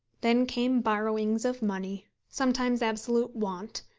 then came borrowings of money, sometimes absolute want,